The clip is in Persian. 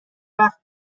وقت